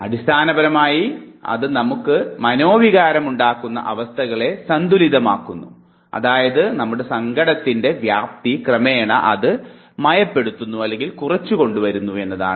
അടിസ്ഥാനപരമായി അത് നമുക്ക് മനോവികാരമുണ്ടാക്കുന്ന അവസ്ഥകളെ സന്തുലിതമാക്കുന്നു അതായത് നമ്മുടെ സങ്കടത്തിൻറെ വ്യാപ്തി ക്രമേണ അത് മയപ്പെടുത്തുന്നു എന്നതാണ്